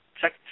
check